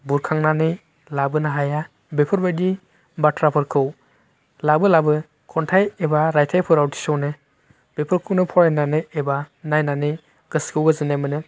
बुरखांनानै लाबोनो हाया बेफोरबायदि बाथ्राफोरखौ लाबो लाबो खन्थाइ एबा रायथाइफोराव थिस'नो बेफोरखौनो फरायनानै एबा नायनानै गोसोखौ गोजोन्नाय मोनो